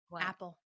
Apple